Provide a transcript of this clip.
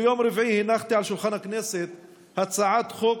ביום רביעי הנחתי על שולחן הכנסת הצעת חוק